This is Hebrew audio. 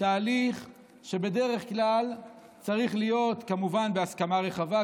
תהליך שבדרך כלל צריך להיות כמובן בהסכמה רחבה,